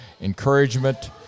encouragement